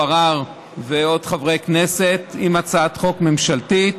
עראר ועוד חברי כנסת עם הצעת חוק ממשלתית,